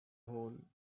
hole